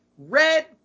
Red